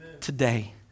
today